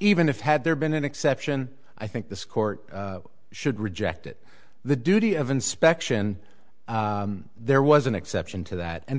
even if had there been an exception i think this court should reject it the duty of inspection there was an exception to that and